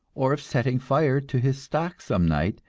or of setting fire to his stock some night,